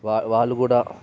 వా వాళ్ళు కూడా